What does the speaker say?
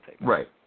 Right